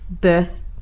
birth